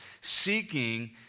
seeking